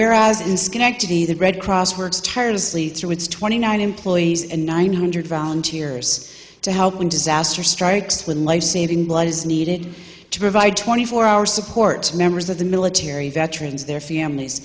whereas in schenectady the red cross works tirelessly through its twenty nine employees and nine hundred volunteers to help when disaster strikes when lifesaving blood is needed to provide twenty four hour support members of the military veterans their families